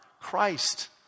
Christ